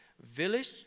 Village